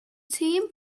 zehn